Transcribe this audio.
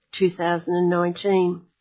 2019